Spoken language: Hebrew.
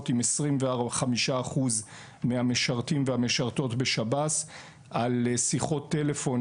עם כ-25% מהמשרתים ומהמשרתות בשב"ס; על שיחות טלפון,